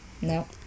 No